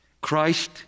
Christ